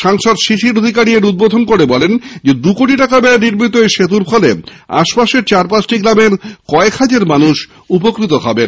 সাংসদ শিশর অধিকারী এর উদ্বোধন করে বলেন দু কোটি টাকা ব্যয়ে নির্মিত এই সেতুর ফলে আশপাশের চার পাঁচটি গ্রামের কয়েক হাজার মানুষ উপকৃত হবেন